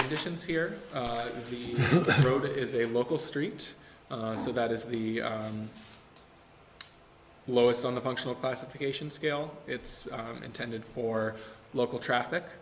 conditions here the road is a local street so that is the lowest on the functional classification scale it's intended for local traffic